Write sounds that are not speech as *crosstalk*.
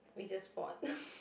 we just fought *laughs*